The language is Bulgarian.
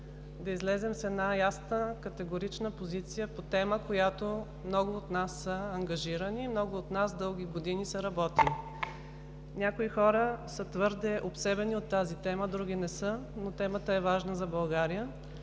да излезем с ясна, категорична позиция по тема, с която много от нас са ангажирани, по която много от нас дълги години са работили. Някои хора са твърде обсебени от тази тема, други – не са, но темата е важна за България